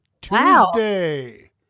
Tuesday